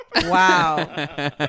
Wow